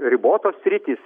ribotos sritys